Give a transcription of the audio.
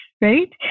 right